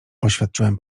oświadczyłem